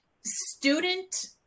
Student